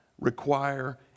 require